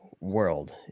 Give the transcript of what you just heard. world